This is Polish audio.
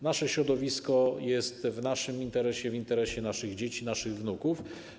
Nasze środowisko jest w naszym interesie, w interesie naszych dzieci, naszych wnuków.